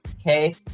Okay